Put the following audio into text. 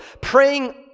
Praying